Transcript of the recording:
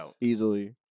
easily